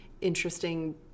interesting